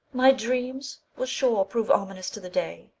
my dreams will, sure, prove ominous to the day.